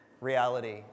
reality